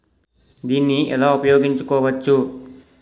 దీన్ని ఎలా ఉపయోగించు కోవచ్చు?